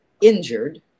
injured